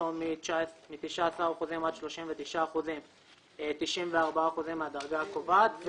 נכותו מ-19% עד 39% 94% מהדרגה הקובעת,